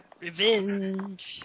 Revenge